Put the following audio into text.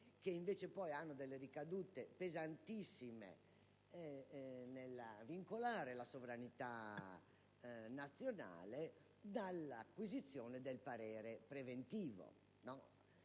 che invece hanno ricadute pesantissime nel vincolare la sovranità nazionale - dall'acquisizione del parere preventivo.